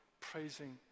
praising